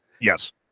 Yes